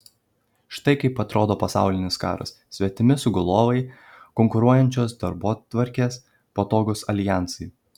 štai kaip atrodo pasaulinis karas svetimi sugulovai konkuruojančios darbotvarkės patogūs aljansai